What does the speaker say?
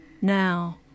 Now